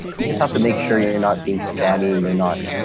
you just have to make sure you're not being spammy. you're not